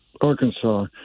Arkansas